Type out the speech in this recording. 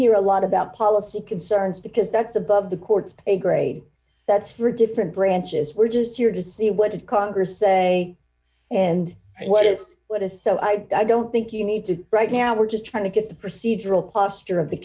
hear a lot about policy concerns because that's above the court's paygrade that's for a different branches we're just here to see what did congress say and what is what is so i don't think you need to right now we're just trying to get the procedural posture of the